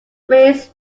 raised